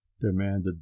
demanded